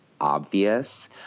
obvious